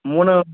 மூணு